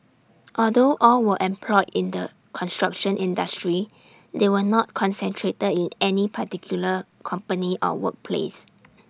although all were employed in the construction industry they were not concentrated in any particular company or workplace